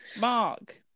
Mark